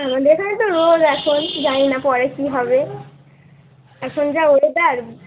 আমাদের এখানে তো রোদ এখন জানি না পরে কী হবে এখন যা ওয়েদার